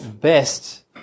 best